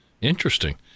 Interesting